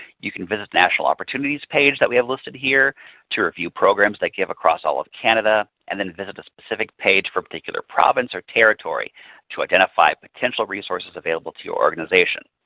you can visit the national opportunities page that we have listed here to review programs that give across all of canada. and then visit the specific page for a particular province or territory to identify potential resources available to your organization.